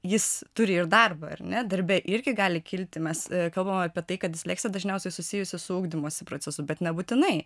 jis turi ir darbą ar ne darbe irgi gali kilti mes kalbam apie tai kad disleksija dažniausiai susijusi su ugdymosi procesu bet nebūtinai